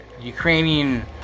Ukrainian